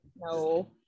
No